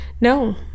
No